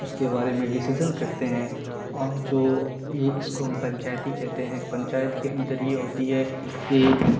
اس کے بارے میں ڈیسیزن کرتے ہیں اور جو یہ اس کو ہم پنچایتی ہی کہتے ہیں پنچایت کے اندر یہ ہوتی ہے کہ